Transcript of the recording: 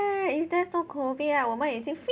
if there's no COVID right 我们已经